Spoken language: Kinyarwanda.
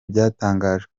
byatangajwe